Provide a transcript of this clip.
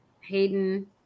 Hayden